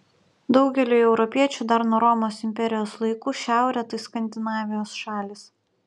daugeliui europiečių dar nuo romos imperijos laikų šiaurė tai skandinavijos šalys